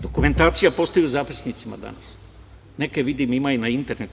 Dokumentacija postoji u zapisnicima danas, neke, vidim, ima i na internetu.